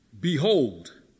behold